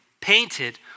painted